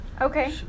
Okay